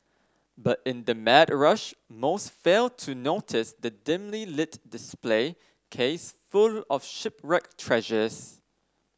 but in the mad rush most fail to notice the dimly lit display case full of shipwreck treasures